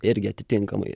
irgi atitinkamai